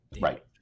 Right